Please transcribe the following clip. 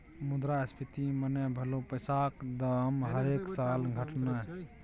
मुद्रास्फीति मने भलौ पैसाक दाम हरेक साल घटनाय